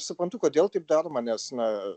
suprantu kodėl taip daroma nes na